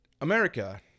America